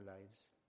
lives